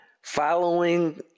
following